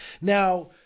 Now